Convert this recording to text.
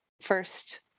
first